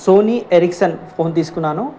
Sony Ericsson phone తీసుకున్నాను